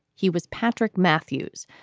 he was patrick matthews,